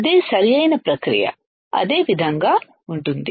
అదే సరైన ప్రక్రియ అదే విధంగా ఉంటుంది